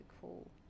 cool